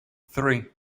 three